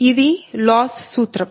ఇది లాస్ సూత్రం